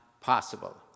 possible